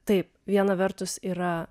taip viena vertus yra